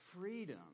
freedom